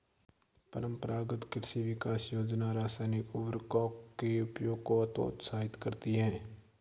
परम्परागत कृषि विकास योजना रासायनिक उर्वरकों के उपयोग को हतोत्साहित करती है